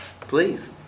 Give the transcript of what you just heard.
Please